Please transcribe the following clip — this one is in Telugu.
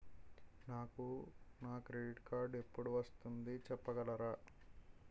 నాకు నా క్రెడిట్ కార్డ్ ఎపుడు వస్తుంది చెప్పగలరా?